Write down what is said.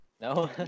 No